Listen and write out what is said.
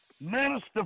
Minister